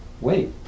wait